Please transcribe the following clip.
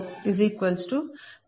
0244